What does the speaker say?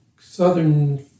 Southern